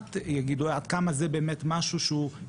שזה דבר מאוד מאוד נפוץ,